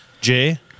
Jay